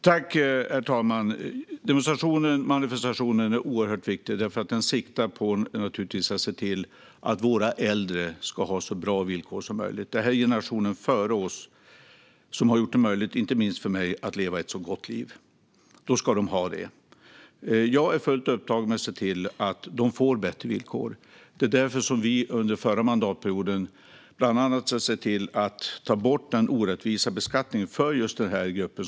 Herr talman! Demonstrationen och manifestationen är oerhört viktiga. Syftet är att se till att våra äldre ska ha så bra villkor som möjligt. Det är generationen före oss som har gjort det möjligt för oss, inte minst för mig, att leva ett gott liv. Då ska de ha så bra villkor som möjligt. Jag är fullt upptagen med att se till att de får bättre villkor. Därför såg vi under förra mandatperioden bland annat till att ta bort den orättvisa beskattningen för just den gruppen.